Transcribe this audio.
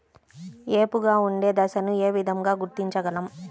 ఏపుగా ఉండే దశను ఏ విధంగా గుర్తించగలం?